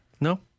No